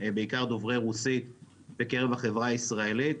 בעיקר דוברי רוסית בקרב החברה הישראלית,